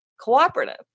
cooperative